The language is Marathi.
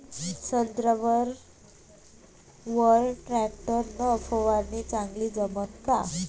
संत्र्यावर वर टॅक्टर न फवारनी चांगली जमन का?